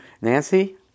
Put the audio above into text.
Nancy